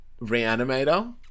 Reanimator